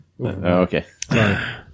okay